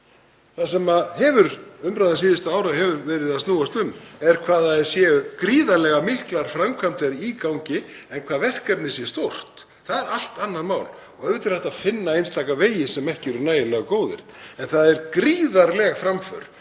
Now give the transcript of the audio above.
Umræða síðustu ára hefur snúist um hvað það eru gríðarlega miklar framkvæmdir í gangi en hvað verkefnið er stórt. Það er allt annað mál og auðvitað er hægt að finna einstaka vegi sem ekki eru nægilega góðir en það er gríðarleg framför